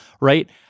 Right